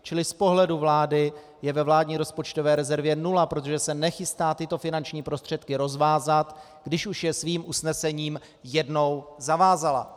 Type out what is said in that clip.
Čili z pohledu vlády je ve vládní rozpočtové rezervě nula, protože se nechystá tyto finanční prostředky rozvázat, když už je svým usnesením jednou zavázala.